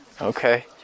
Okay